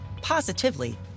positively